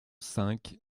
cinq